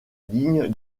ligne